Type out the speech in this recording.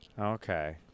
Okay